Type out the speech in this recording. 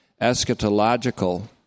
eschatological